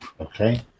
Okay